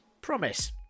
Promise